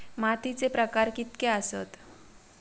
मातीचे प्रकार कितके आसत?